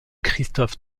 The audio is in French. christoph